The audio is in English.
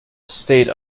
state